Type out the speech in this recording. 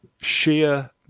Sheer